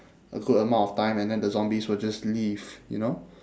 a good amount of time and then the zombies will just leave you know